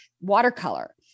watercolor